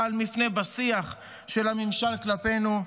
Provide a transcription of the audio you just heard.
חל מפנה בשיח של הממשל כלפינו.